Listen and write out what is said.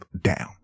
down